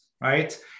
right